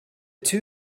two